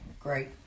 great